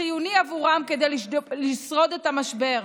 חיוני עבורם כדי לשרוד במשבר.